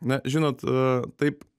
na žinot taip